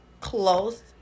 close